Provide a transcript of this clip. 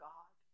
God